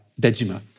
Dejima